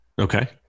okay